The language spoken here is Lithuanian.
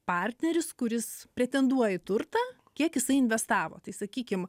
partneris kuris pretenduoja į turtą kiek jisai investavo tai sakykim